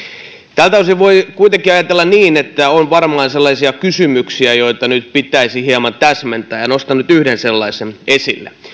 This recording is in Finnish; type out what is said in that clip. tältä osin voi kuitenkin ajatella niin että on varmaan sellaisia kysymyksiä joita nyt pitäisi hieman täsmentää ja nostan nyt yhden sellaisen esille